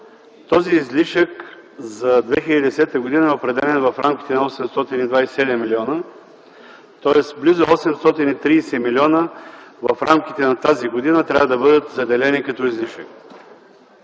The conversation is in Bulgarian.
3, излишъкът за 2010 г. е определен в рамките на 827 млн. лв., тоест близо 830 милиона в рамките на тази година трябва да бъдат заделени като излишък.